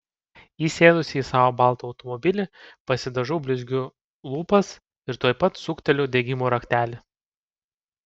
įsėdusi į savo baltą automobilį pasidažau blizgiu lūpas ir tuoj pat sukteliu degimo raktelį